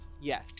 Yes